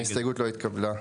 0 ההסתייגות לא התקבלה.